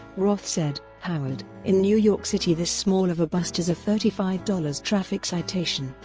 roth said, howard, in new york city this small of a bust is a thirty five dollars traffic citation.